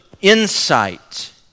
insight